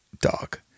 dog